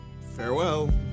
Farewell